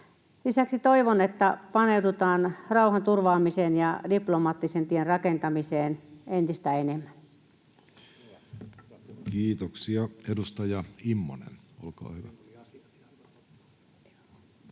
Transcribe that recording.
Lisäksi toivon, että paneudutaan rauhanturvaamiseen ja diplomaattisen tien rakentamiseen entistä enemmän. Kiitoksia. — Edustaja Immonen, olkaa hyvä.